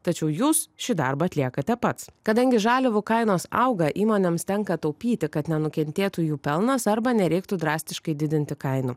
tačiau jūs šį darbą atliekate pats kadangi žaliavų kainos auga įmonėms tenka taupyti kad nenukentėtų jų pelnas arba nereiktų drastiškai didinti kainų